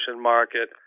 market